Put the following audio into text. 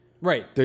right